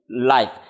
life